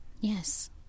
Yes